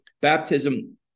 baptism